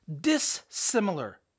dissimilar